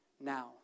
now